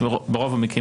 ברוב המקרים,